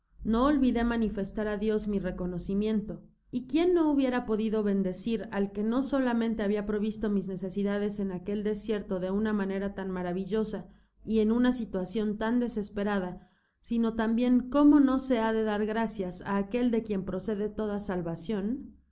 no olvidó manifestará dios mi reconocimiento y quién no hubiera podido bendecir al que no solamente habia provisto mis necesidades en aquel desierto de una manera tan maravillosa y en una situacion tan desespera da sino tambien cómo no se ha de dar gracias á aquel dé quien precede toda salvacion